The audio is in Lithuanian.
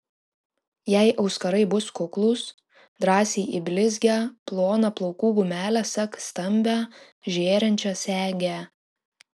jei auskarai bus kuklūs drąsiai į blizgią ploną plaukų gumelę sek stambią žėrinčią segę